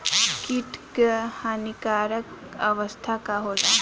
कीट क हानिकारक अवस्था का होला?